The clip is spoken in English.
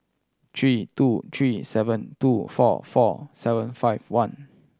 three two three seven two four four seven five one